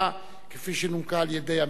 כפי שנומקה על-ידי עמיר פרץ,